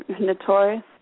notorious